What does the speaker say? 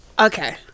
Okay